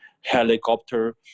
helicopter